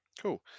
Cool